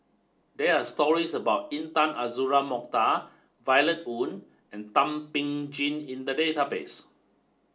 there are stories about Intan Azura Mokhtar Violet Oon and Thum Ping Tjin in the database